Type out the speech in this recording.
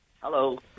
Hello